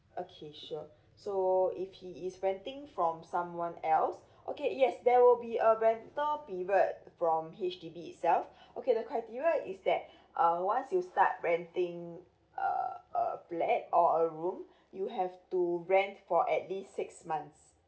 okay sure so if he is renting from someone else okay yes there will be a rental period from H_D_B itself okay the criteria is that uh once you start renting a a flat or a room you have to rent for at least six months